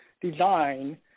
design